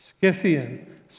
Scythian